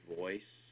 voice